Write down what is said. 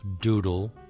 Doodle